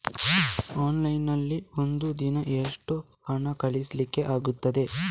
Online ನಲ್ಲಿ ಒಂದು ದಿನ ಎಷ್ಟು ಹಣ ಕಳಿಸ್ಲಿಕ್ಕೆ ಆಗ್ತದೆ?